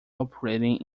operating